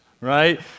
right